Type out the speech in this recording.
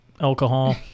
alcohol